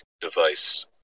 device